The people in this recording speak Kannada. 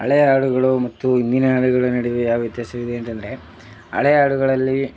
ಹಳೆಯ ಹಾಡುಗಳು ಮತ್ತು ಹಿಂದಿನ ಹಾಡುಗಳ ನಡುವೆ ಯಾವ ವ್ಯತ್ಯಾಸವಿದೆ ಅಂತ ಅಂದ್ರೆ ಹಳೆಯ ಹಾಡುಗಳಲ್ಲಿ